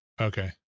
Okay